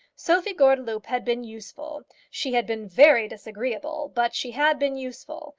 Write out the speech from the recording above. sophie gordeloup had been useful. she had been very disagreeable but she had been useful.